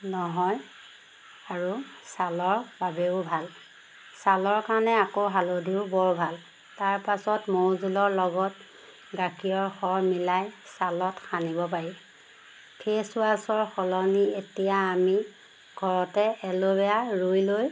নহয় আৰু ছালৰ বাবেও ভাল ছালৰ কাৰণে আকৌ হালধিও বৰ ভাল তাৰপাছত মৌ জোলৰ লগত গাখীৰৰ সৰ মিলাই ছালত সানিব পাৰি ফেচ ৱাছৰ সলনি এতিয়া আমি ঘৰতে এল'ভেৰা ৰুই লৈ